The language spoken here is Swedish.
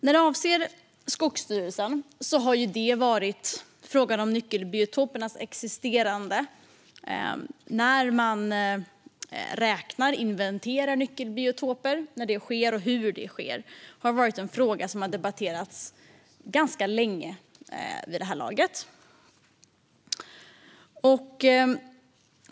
Frågan om Skogsstyrelsen har handlat om nyckelbiotopernas existerande. Att räkna och inventera nyckelbiotoper - när det sker och hur det sker - är en fråga som har debatterats ganska länge.